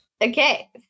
Okay